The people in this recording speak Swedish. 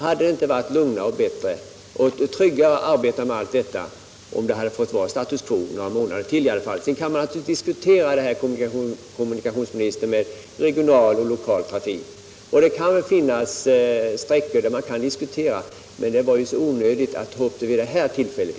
Hade det inte varit lugnare, bättre och tryggare att arbeta med allt detta om det hade fått vara status quo några månader till? Sedan kan man naturligtvis diskutera detta med regional och lokal trafik, herr kommunikationsminister, när det gäller vissa sträckor. Men det var i alla fall onödigt att ta upp det vid det här tillfället.